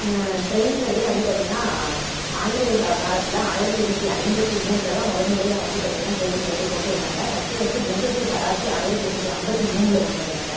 ட்ரெயின்ங்கிறதே வந்து பார்த்திங்கனா ஆங்கிலேயர்கள் காலத்தில் ஆயிரத்தி எட்நூற்றி ஐம்பத்தி மூணில் தான் முதற் முறையா வந்து பார்த்திங்கனா ட்ரெயின்ங்கிறதே கொண்டு வந்தாங்க first first Mumbai to Karachi ஆயிரத்தி எண்நூத்தி ஐம்பத்தி மூணில் கொண்டு வந்தாங்க